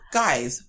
guys